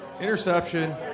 interception